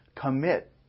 commit